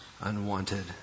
unwanted